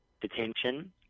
detention